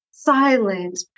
Silent